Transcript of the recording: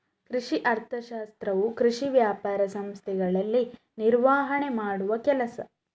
ಕೃಷಿ ಅರ್ಥಶಾಸ್ತ್ರವು ಕೃಷಿ ವ್ಯಾಪಾರ ಸಂಸ್ಥೆಗಳಲ್ಲಿ ನಿರ್ವಹಣೆ ಮಾಡುವ ಕೆಲಸ